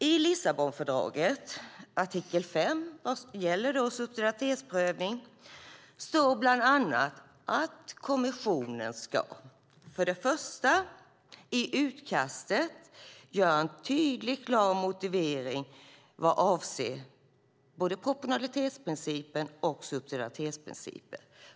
I Lissabonfördraget, artikel 5, vad gäller subsidiaritetsprövning, står bland annat att kommissionen ska, för det första, i utkastet göra en tydlig, klar motivering vad avser både proportionalitetsprincipen och subsidiaritetsprincipen.